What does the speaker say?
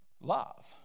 love